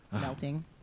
melting